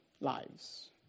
lives